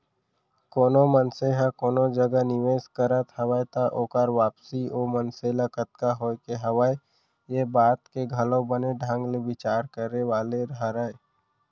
कोनो मनसे ह कोनो जगह निवेस करत हवय त ओकर वापसी ओ मनसे ल कतका होय के हवय ये बात के घलौ बने ढंग ले बिचार करे वाले हरय